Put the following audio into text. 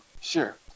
sure